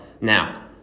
Now